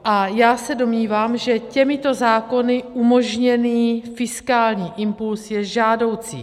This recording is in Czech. A já se domnívám, že těmito zákony umožněný fiskální impuls je žádoucí.